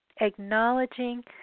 acknowledging